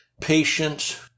patience